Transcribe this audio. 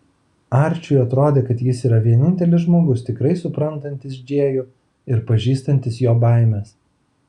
arčiui atrodė kad jis yra vienintelis žmogus tikrai suprantantis džėjų ir pažįstantis jo baimes